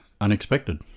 unexpected